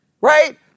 right